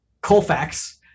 Colfax